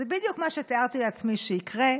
זה בדיוק מה שתיארתי לעצמי שיקרה,